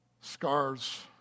scars